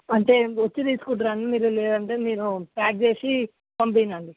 అంటే వచ్చి తీసుకుంరాండి మీరు లేదంటే మీరు ప్యాక్ చేసి పంపియనా అండి